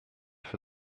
for